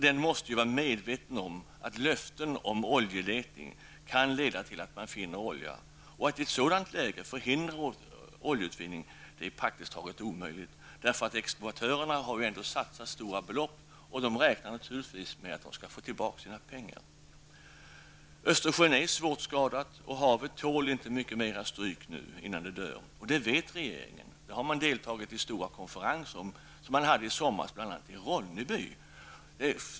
Den måste vara medveten om att löften om oljeletning kan leda till att man finner olja. Att i ett sådant läge förhindra oljeutvinning är praktiskt taget omöjligt. Exploatörerna har ändå satsat stora belopp och de räknar naturligtvis med att de skall få tillbaka sina pengar. Östersjön är svårt skadad och havet tål inte mycket mer stryk innan det dör. Det vet regeringen. Man har deltagit i stora konferenser om detta, bl.a. i Ronneby i somras.